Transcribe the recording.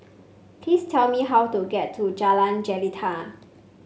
please tell me how to get to Jalan Jelita